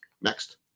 Next